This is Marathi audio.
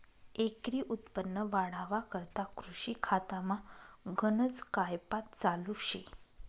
एकरी उत्पन्न वाढावा करता कृषी खातामा गनज कायपात चालू शे